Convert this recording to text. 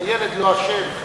הילד לא אשם.